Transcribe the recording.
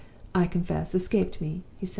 i confess, escaped me he said.